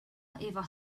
efo